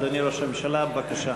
אדוני ראש הממשלה, בבקשה.